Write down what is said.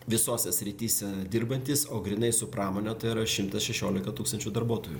visose srityse dirbantys o grynai su pramone tai yra šimtas šešiolika tūkstančių darbuotojų